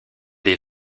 des